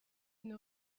une